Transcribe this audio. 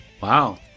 Wow